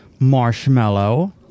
Marshmallow